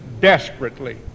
desperately